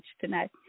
tonight